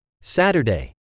Saturday